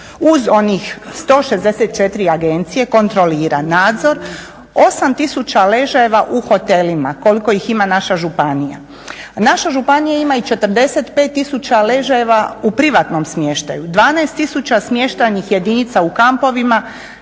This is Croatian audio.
uz onih 164 agencije kontrolira nadzor 8 tisuća ležajeva u hotelima koliko ih ima naša županija. Naša županija ima i 45 tisuća ležajeva u privatnom smještaju, 12 tisuća smještajnih jedinica u kampovima,